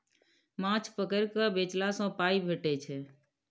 माछ पकरि केँ बेचला सँ पाइ भेटै छै